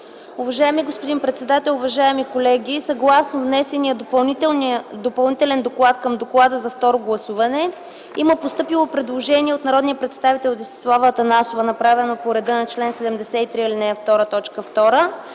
Уважаеми господин председател, уважаеми колеги! Съгласно внесения допълнителен доклад към доклада за второ гласуване има постъпило предложение от народния представител Десислава Атанасова, направено по реда на чл. 73, ал. 2, т. 2.